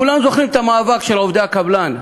כולם זוכרים את המאבק של עובדי הקבלן.